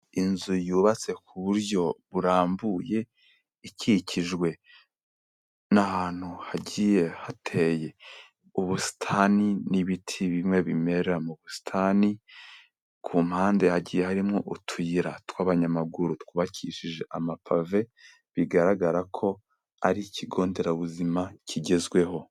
Inzu yubatse ku buryo burambuye ikikijwe n'ahantu hagiye hateye ubusitani n'ibiti bimwe bimera mu busitani ku mpande hagiye harimowo utuyira tw'abanyamaguru twubakishije amapave bigaragara ko ari ikigo nderabuzima kigezweho.